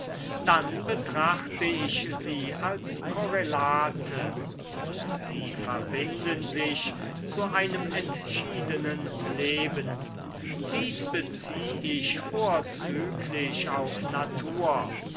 dann betrachte ich sie als korrelate und sie verbinden sich zu einem entschiedenen leben dies bezieh ich vorzüglich auf natur